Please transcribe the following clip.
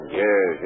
yes